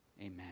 Amen